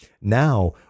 Now